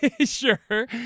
Sure